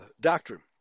doctrine